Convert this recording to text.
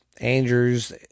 Andrews